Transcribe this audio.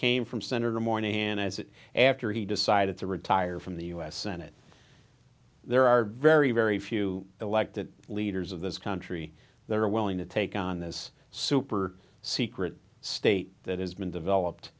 came from senator mourning and as after he decided to retire from the u s senate there are very very few elected leaders of this country that are willing to take on this super secret state that has been developed